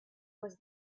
was